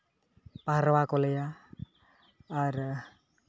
ᱯᱟᱨᱚᱣᱟ ᱠᱚ ᱞᱟᱹᱭᱟ ᱟᱨ